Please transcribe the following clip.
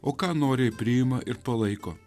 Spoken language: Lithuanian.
o ką noriai priima ir palaiko